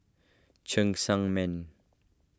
Cheng Tsang Man